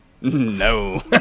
No